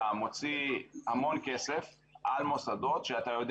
אתה מוציא המון כסף על מוסדות שאתה יודע